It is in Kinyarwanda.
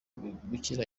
gukira